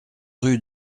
rue